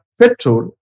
petrol